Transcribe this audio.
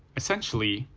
essentially,